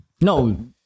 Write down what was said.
No